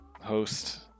host